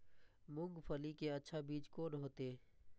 मूंगफली के अच्छा बीज कोन होते?